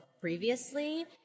previously